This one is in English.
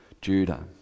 Judah